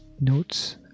Notes